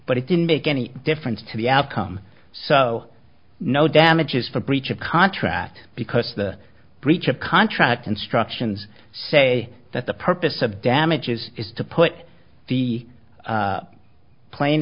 but it didn't make any difference to the outcome so no damages for breach of contract because the breach of contract instructions say that the purpose of damages is to put the